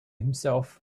himself